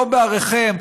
לא בעריכם,